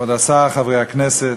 כבוד השר, חברי הכנסת,